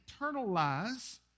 internalize